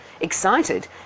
Excited